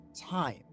time